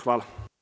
Hvala.